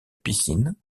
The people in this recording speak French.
piscine